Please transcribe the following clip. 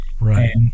Right